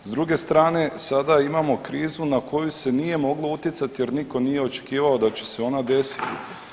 S druge strane sada imamo krizu na koju se nije moglo utjecati jer nitko nije očekivao da će se ona desiti.